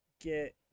get